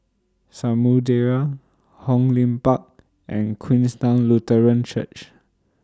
Samudera Hong Lim Park and Queenstown Lutheran Church